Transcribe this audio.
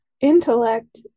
intellect